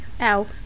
Ow